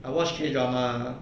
I watch K drama ah